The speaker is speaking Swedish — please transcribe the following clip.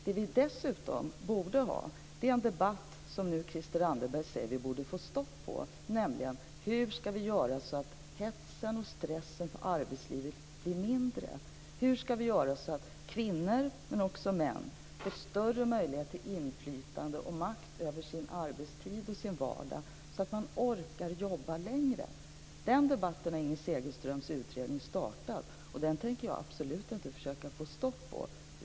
Det som vi dessutom borde ha är en debatt - en debatt som Christel Anderberg nu säger att vi borde få stopp på - om hur vi ska göra så att stressen och hetsen i arbetslivet blir mindre. Hur ska vi göra så att kvinnor såväl som män får större möjlighet till inflytande och makt över sin arbetstid och sin vardag så att de orkar jobba längre? Den debatten har Inger Segelströms utredning startat, och den tänker jag absolut inte försöka att få stopp på.